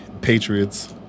Patriots